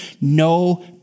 no